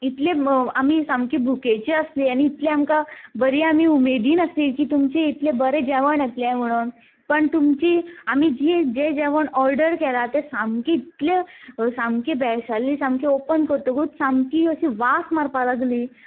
इतले आमी सामकी भुकेची आसली आनी इतलें आमकां बरी आमी उमेदीन आसली की तुमची इतलें बरें जेवण येतलें म्हणुन पण तुमची आमी जी जें जेवण ओर्डर केलां तें सामकें इतलें सामकें बेळशेल्लें सामकें ओपन करतकच सामकी अशी वास मारपा लागली